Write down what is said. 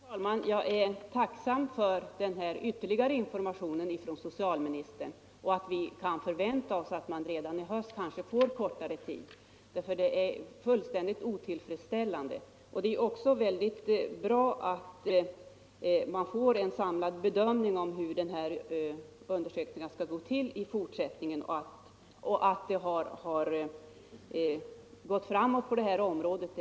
Herr talman! Jag är tacksam för den ytterligare informationen från socialministern och att vi kan förvänta att väntetiderna redan i höst blir kortare. Det är helt otillfredsställande som det är nu. Det är också bra att man får en samlad bedömning av hur dessa undersökningar skall bedrivas i fortsättningen. Jag är medveten om att utvecklingen har gått framåt på detta område.